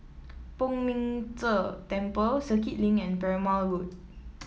Poh Ming Tse Temple Circuit Link and Perumal Road